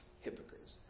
hypocrites